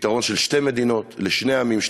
פתרון של שתי מדינות לאום